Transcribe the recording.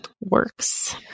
works